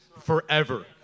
forever